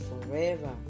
forever